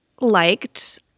liked